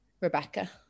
Rebecca